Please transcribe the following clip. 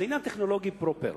זה עניין טכנולוגי פרופר.